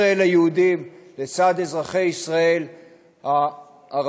אזרחי ישראל היהודים לצד אזרחי ישראל הערבים,